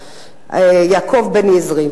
יעקב בן-יזרי,